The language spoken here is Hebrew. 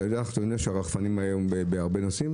אתה יודע הרי שהרחפנים היום בהרבה נושאים,